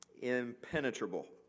impenetrable